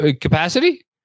capacity